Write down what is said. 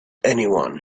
anyone